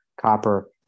copper